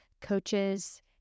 coaches